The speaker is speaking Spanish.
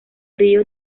río